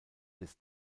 des